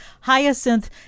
hyacinth